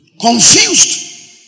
Confused